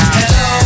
Hello